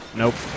nope